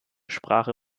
sprache